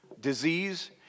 disease